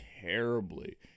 terribly